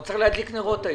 עוד צריך להדליק נרות היום.